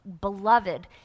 beloved